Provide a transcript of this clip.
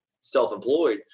self-employed